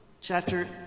Chapter